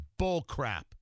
bullcrap